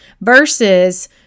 versus